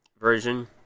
version